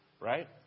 right